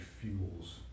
fuels